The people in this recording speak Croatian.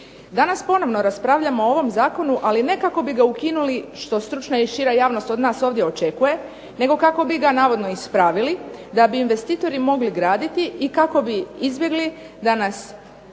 Danas ponovno raspravljamo o ovom zakonu, ali ne kako bi ga ukinuli što stručna i šira javnost od nas ovdje očekuje, nego kako bi ga navodno ispravili da bi investitori mogli graditi i kako bi izbjegli da nam